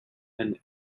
and